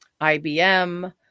IBM